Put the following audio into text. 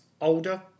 older